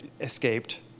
escaped